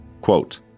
Quote